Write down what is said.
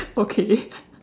okay